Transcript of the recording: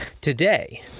Today